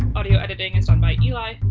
audio editing is done by eli,